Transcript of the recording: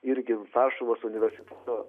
irgi varšuvos universiteto